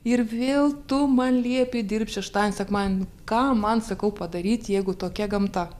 ir vėl tu man liepei dirbt šeštadienį sekmadienį ką man sakau padaryt jeigu tokia gamta